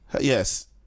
yes